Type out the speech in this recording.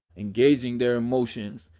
engaging their emotions,